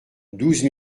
douze